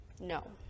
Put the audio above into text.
No